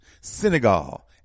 Senegal